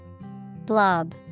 Blob